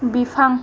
बिफां